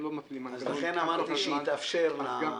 אנחנו לא מפעילים מנגנון --- לכן אמרתי שיתאפשר ה --- לא,